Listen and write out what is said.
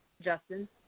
Justin